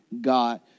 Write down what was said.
God